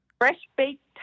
Fresh-baked